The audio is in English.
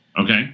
Okay